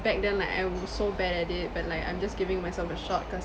back then like I was so bad at it but like I'm just giving myself a shot cause